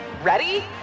Ready